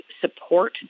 support